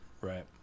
right